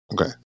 Okay